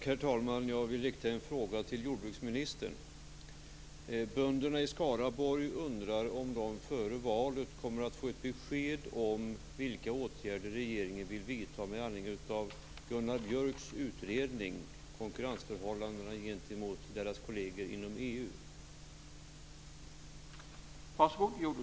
Herr talman! Jag vill rikta en fråga till jordbruksministern. Bönderna i Skaraborg undrar om de före valet kommer att få besked om vilka åtgärder som regeringen vill vidta med anledning av Gunnar